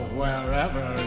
wherever